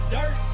Dirt